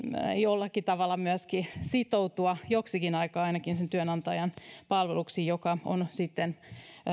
jollakin tavalla myöskin sitoutua ainakin joksikin aikaa sen työnantajan palvelukseen joka on